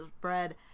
bread